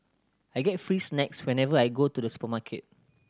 I get free snacks whenever I go to the supermarket